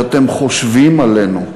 שאתם חושבים עלינו?